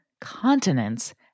continents